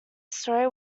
story